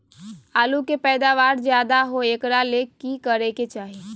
आलु के पैदावार ज्यादा होय एकरा ले की करे के चाही?